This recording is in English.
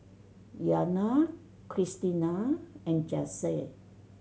Iyana Kristina and Jase